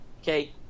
okay